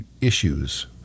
issues